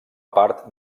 part